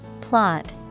plot